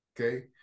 okay